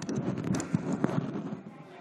חברות וחברים,